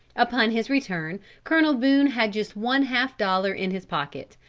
upon his return, colonel boone had just one half dollar in his pocket.